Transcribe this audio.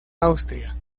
austria